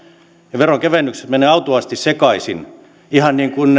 ja veronkevennykset menevät autuaasti sekaisin ihan niin kuin